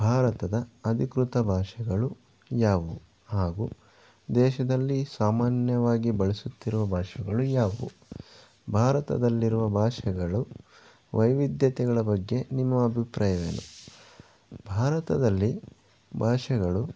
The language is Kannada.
ಭಾರತದ ಅಧಿಕೃತ ಭಾಷೆಗಳು ಯಾವುವು ಹಾಗೂ ದೇಶದಲ್ಲಿ ಸಾಮಾನ್ಯವಾಗಿ ಬಳಸುತ್ತಿರುವ ಭಾಷೆಗಳು ಯಾವುವು ಭಾರತದಲ್ಲಿರುವ ಭಾಷೆಗಳ ವೈವಿಧ್ಯತೆಗಳ ಬಗ್ಗೆ ನಿಮ್ಮ ಅಭಿಪ್ರಾಯವೇನು ಭಾರತದಲ್ಲಿ ಭಾಷೆಗಳು